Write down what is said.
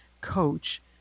coach